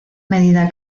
medida